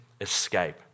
escape